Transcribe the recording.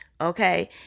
Okay